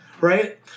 Right